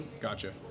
Gotcha